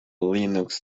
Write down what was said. linux